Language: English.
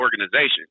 organization